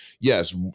Yes